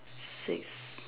six